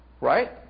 Right